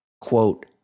quote